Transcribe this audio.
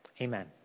Amen